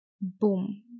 Boom